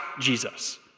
Jesus—